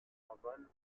navals